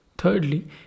Thirdly